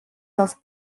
dels